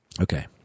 Okay